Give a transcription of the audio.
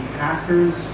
pastors